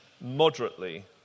moderately